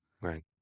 Right